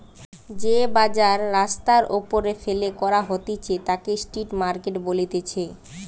যে বাজার রাস্তার ওপরে ফেলে করা হতিছে তাকে স্ট্রিট মার্কেট বলতিছে